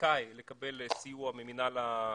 שזכאי לקבל סיוע ממינהל הסטודנטים,